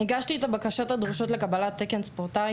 הגשתי את הבקשות הדרושות לקבלת תקן ספורטאי